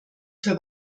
für